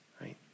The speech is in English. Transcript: right